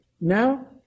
Now